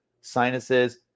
sinuses